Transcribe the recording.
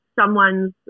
Someone's